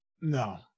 No